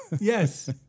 Yes